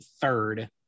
third